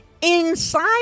Inside